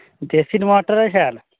देसी टमाटर ऐ शैल